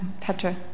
Petra